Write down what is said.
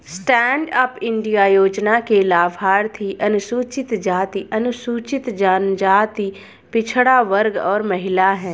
stand up India योजना के लाभार्थी अनुसूचित जाति, अनुसूचित जनजाति, पिछड़ा वर्ग और महिला है